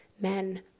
men